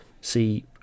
see